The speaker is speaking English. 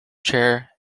chair